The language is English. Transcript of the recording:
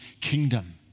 kingdom